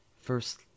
first